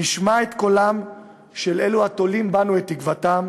נשמע את קולם של אלו התולים בנו את תקוותם